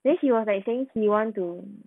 then he was like saying he want to